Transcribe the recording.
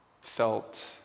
felt